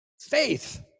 Faith